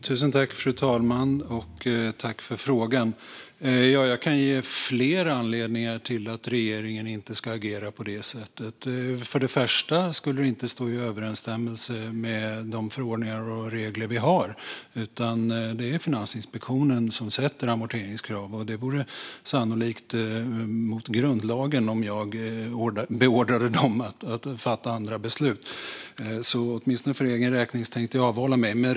Fru talman! Jag kan ge flera anledningar till att regeringen inte ska agera på det sättet. Det skulle inte stå i överensstämmelse med de förordningar och regler vi har. Det är Finansinspektionen som sätter amorteringskrav, och det vore sannolikt mot grundlagen om jag beordrade dem att fatta andra beslut. Åtminstone för egen räkning tänker jag därför avhålla mig.